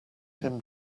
him